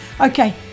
Okay